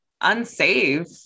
unsafe